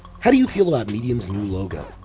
how do you feel about medium's new logo?